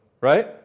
Right